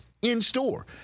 in-store